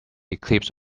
eclipse